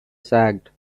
sacked